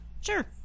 Sure